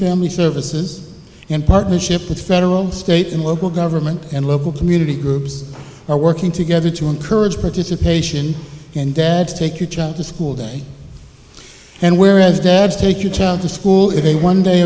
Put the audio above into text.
family services in partnership with federal state and local government and local community groups are working together to encourage participation and dad to take your child to school day and whereas dad take your child to school is a one day